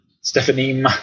stephanie